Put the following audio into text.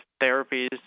therapies